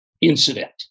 incident